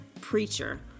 Preacher